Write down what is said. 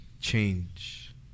change